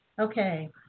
Okay